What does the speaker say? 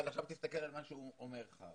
עכשיו תסתכל על מה שראובן אומר לך,